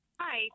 Hi